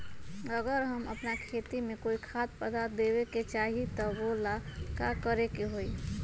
अगर हम अपना खेती में कोइ खाद्य पदार्थ देबे के चाही त वो ला का करे के होई?